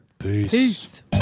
Peace